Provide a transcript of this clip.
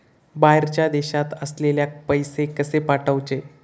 बाहेरच्या देशात असलेल्याक पैसे कसे पाठवचे?